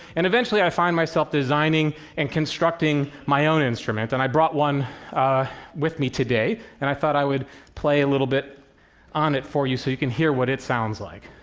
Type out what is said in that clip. and eventually i find myself designing and constructing my own instrument, and i brought one with me today, and i thought i would play a little bit on it for you so you can hear what it sounds like.